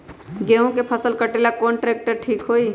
गेहूं के फसल कटेला कौन ट्रैक्टर ठीक होई?